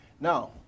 Now